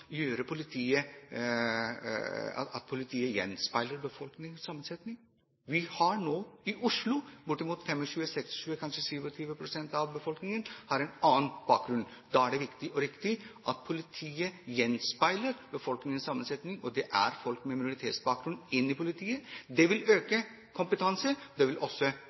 gjøre det slik at politiet gjenspeiler befolkningens sammensetning. I Oslo har nå bortimot 27 pst. av befolkningen en annen bakgrunn. Da er det viktig og riktig at politiet gjenspeiler befolkningens sammensetning, og at det er folk med minoritetsbakgrunn i politiet. Det vil øke kompetansen. Det vil også